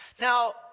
Now